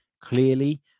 clearly